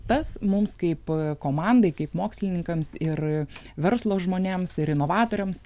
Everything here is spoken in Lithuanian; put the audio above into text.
tas mums kaip komandai kaip mokslininkams ir verslo žmonėms ir inovatoriams